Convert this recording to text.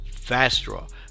Fastdraw